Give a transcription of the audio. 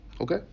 okay